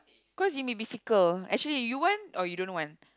cause you may be fickle actually you want or you don't want